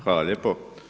Hvala lijepo.